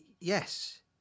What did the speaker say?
Yes